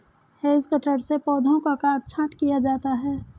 hedge cutter से पौधों का काट छांट किया जाता है